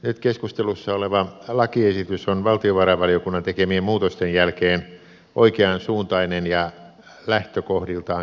nyt keskustelussa oleva lakiesitys on valtiovarainvaliokunnan tekemien muutosten jälkeen oikeansuuntainen ja lähtökohdiltaan kannatettava